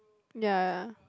ya